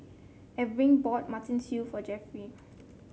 Erving bought Mutton Stew for Jeffry